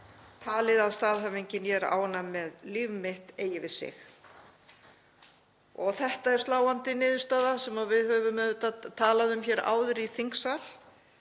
talið að staðhæfingin „ég er ánægð með líf mitt“ eigi við sig. Þetta er sláandi niðurstaða sem við höfum auðvitað talað um hér áður í þingsal.